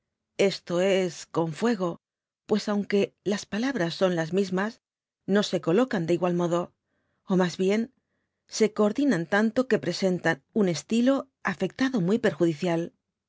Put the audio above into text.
esto es con fuego pues aunque las palabras son las mismas no se colocan de igual modo ó mas bien se coordinan tanto que presentan un estilo dby google afectado mny perjudicial